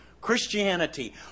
Christianity